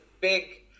big